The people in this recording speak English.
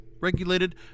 regulated